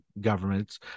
governments